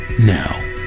now